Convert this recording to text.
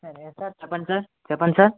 చెప్పండి సార్ చెప్పండి సార్